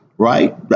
Right